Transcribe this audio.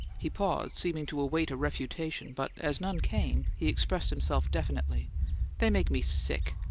he paused, seeming to await a refutation but as none came, he expressed himself definitely they make me sick.